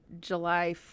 July